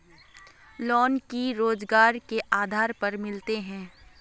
Loan की रोजगार के आधार पर मिले है?